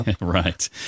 Right